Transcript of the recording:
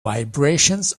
vibrations